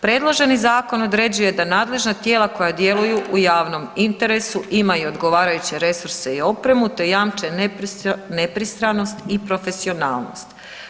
Predloženi zakon određuje da nadležna tijela koja djeluju u javnom interesu imaju odgovarajuće resurse i opremu te jamče nepristranost i profesionalnost.